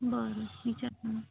बरं विचारतो मग